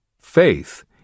Faith